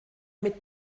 mit